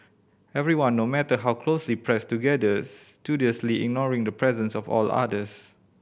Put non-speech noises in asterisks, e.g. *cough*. everyone no matter how closely pressed together *unintelligible* studiously ignoring the presence of all others